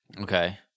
okay